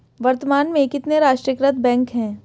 वर्तमान में कितने राष्ट्रीयकृत बैंक है?